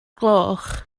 gloch